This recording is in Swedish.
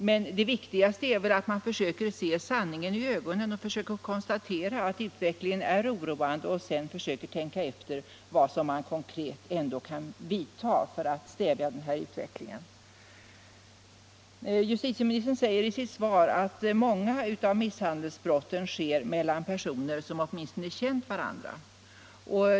Men det viktigaste är väl att man försöker se sanningen i ögonen och konstaterar att utvecklingen är oroande för att sedan tänka efter vilka åtgärder man konkret kan vidta för att stävja den här utvecklingen. Justitieministern säger i sitt svar att många av misshandelsbrotten ”ägt rum mellan personer som åtminstone känt varandra”.